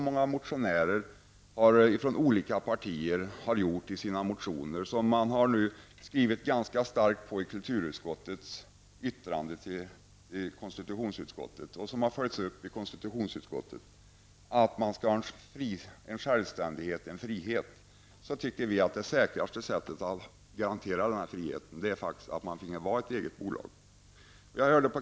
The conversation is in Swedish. Kulturutskottet har i ett yttrande till konstitutionsutskottet gjort en ganska stark markering att det bör finnas en självständighet och frihet -- och detta har följts upp av konstitutionsutskottet. Vi i centern menar att -- om man nu vill slå vakt om Lokalradion -- det säkraste sättet att garantera denna frihet är att bedriva verksamheten som eget bolag.